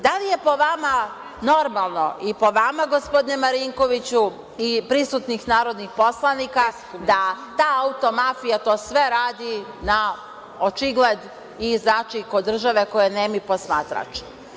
Da li je po vama normalno i po vama gospodine Marinkoviću i prisutnih narodnih poslanika, da ta automafija to sve radi na očigled i kod države koja je nemi posmatrač?